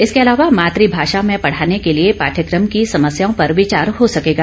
इसके अलावा मातृभाषा में पढ़ाने के लिए पाठ्यक्रम की समस्याओं पर विचार हो सकेगा